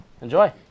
enjoy